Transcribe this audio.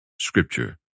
scripture